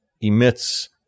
emits